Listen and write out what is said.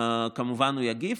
מובן שהוא יגיב.